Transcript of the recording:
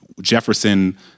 Jefferson